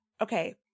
okay